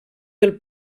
del